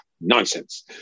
nonsense